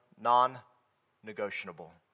non-negotiable